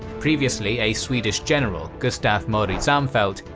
previously a swedish general, gustaf mauritz armfelt,